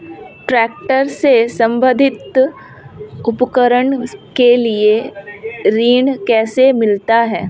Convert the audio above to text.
Tractor से संबंधित उपकरण के लिए ऋण कैसे मिलता है?